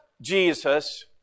Jesus